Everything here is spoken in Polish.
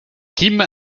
kim